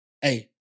hey